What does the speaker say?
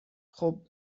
خوب